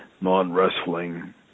non-wrestling